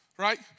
Right